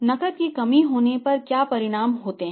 नकदी की कमी होने पर क्या परिणाम होते हैं